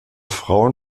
frauen